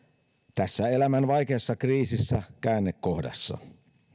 tässä elämän vaikeassa kriisissä käännekohdassa